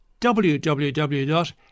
www